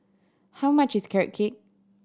how much is Carrot Cake